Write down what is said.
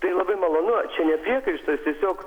tai labai malonu čia ne priekaištas tiesiog